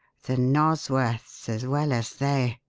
the nosworths, as well as they?